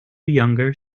younger